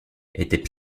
étaient